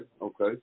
Okay